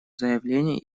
заявление